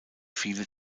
viele